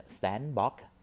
sandbox